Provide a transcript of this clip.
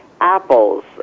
apples